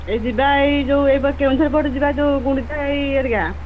ଏଇ ଯିବା ଏଇ ଯେଉଁ ଏଇ ପଟ କେନ୍ଦୁଝର ପଟେ ଯିବା ଯେଉଁ ଗୁଣ୍ଡିଚାଘାଇ ହେରିକା